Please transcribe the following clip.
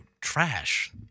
trash